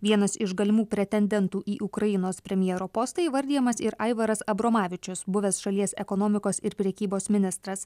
vienas iš galimų pretendentų į ukrainos premjero postą įvardijamas ir aivaras abromavičius buvęs šalies ekonomikos ir prekybos ministras